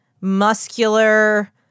muscular